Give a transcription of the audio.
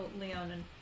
Leonin